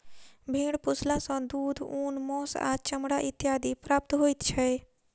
भेंड़ पोसला सॅ दूध, ऊन, मौंस आ चमड़ा इत्यादि प्राप्त होइत छै